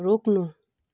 रोक्नु